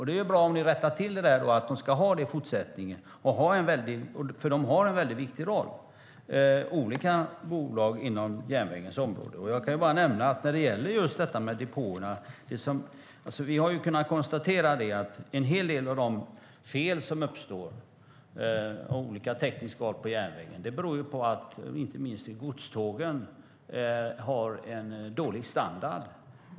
Det är bra om ni rättar till det och att de ska ha det i fortsättningen eftersom olika bolag inom järnvägens område har en mycket viktig roll. Jag kan nämna att när det gäller depåerna har vi kunnat konstatera att en hel del av de fel som uppstår av olika teknisk art på järnvägen beror på att inte minst godstågen har en dålig standard.